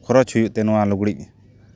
ᱠᱷᱚᱨᱚᱪ ᱦᱩᱭᱩᱜ ᱛᱮ ᱱᱚᱣᱟ ᱞᱩᱜᱽᱲᱤᱡ